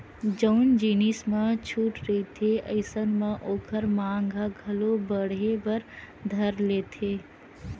जउन जिनिस म छूट रहिथे अइसन म ओखर मांग ह घलो बड़हे बर धर लेथे